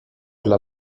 dla